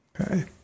Okay